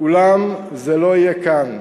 אולם זה לא יהיה כאן,